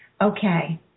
Okay